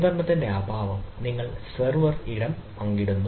നിയന്ത്രണത്തിന്റെ അഭാവം നിങ്ങൾ സെർവർ ഇടം പങ്കിടുന്നു